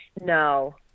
no